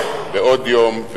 ועוד יום,